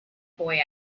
boy